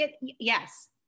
Yes